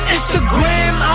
Instagram